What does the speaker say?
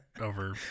over